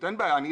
אמרתי,